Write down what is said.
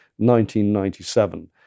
1997